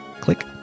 Click